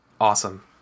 Awesome